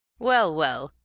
well, well,